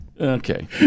Okay